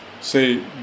say